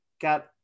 got